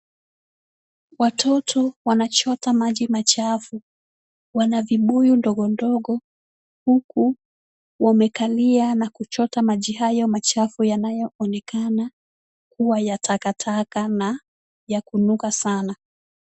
Watoto wanachota maji machafu. Wana vibuyu ndogondogo huku wamekalia na kuchota maji hayo machafu, yanayoonekana kuwa ya takataka na yakunuka sana.